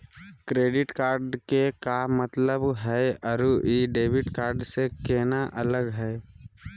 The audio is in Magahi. क्रेडिट कार्ड के का मतलब हई अरू ई डेबिट कार्ड स केना अलग हई?